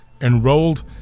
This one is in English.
enrolled